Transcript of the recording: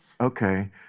Okay